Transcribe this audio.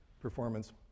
performance